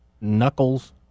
knuckles